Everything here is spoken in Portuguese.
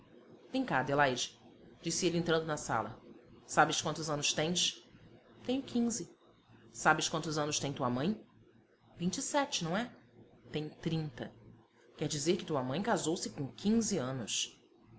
vem cá adelaide disse ele entrando na sala sabes quantos anos tens tenho quinze sabes quantos anos tem tua mãe vinte e sete não é tem trinta quer dizer que tua mãe casou-se com quinze anos